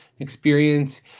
experience